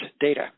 data